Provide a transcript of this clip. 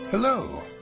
Hello